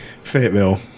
Fayetteville